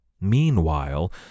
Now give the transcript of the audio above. Meanwhile